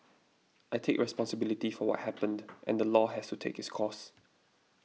I take responsibility for what happened and the law has to take its course